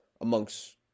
amongst